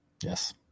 Yes